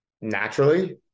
naturally